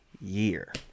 year